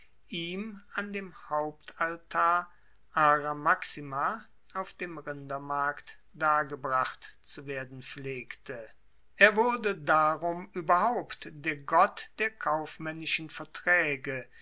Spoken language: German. ihm an dem hauptaltar ara maxima auf dem rindermarkt dargebracht zu werden pflegte er wurde darum ueberhaupt der gott der kaufmaennischen vertraege